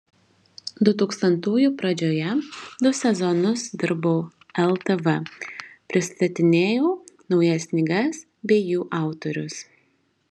dutūkstantųjų pradžioje du sezonus dirbau ltv pristatinėjau naujas knygas bei jų autorius